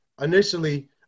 initially